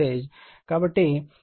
కాబట్టి Van VL 3003 అని వ్రాయవచ్చు